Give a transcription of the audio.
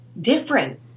different